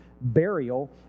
burial